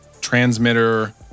transmitter